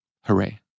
Hooray